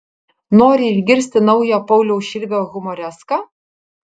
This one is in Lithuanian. nori išgirsti naują pauliaus širvio humoreską